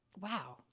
Wow